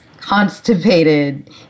Constipated